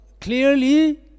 clearly